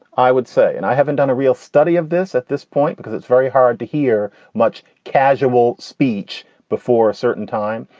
i would say and i haven't done a real study of this at this point because it's very hard to hear much casual speech before a certain time.